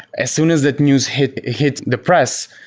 as soon as the news hit hit the press,